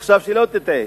עכשיו, שלא תטעה,